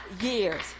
years